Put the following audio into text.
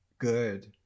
good